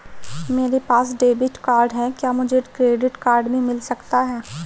मेरे पास debit card है क्या मुझे क्रेडिट कार्ड भी मिल सकता है?